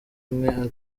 imwe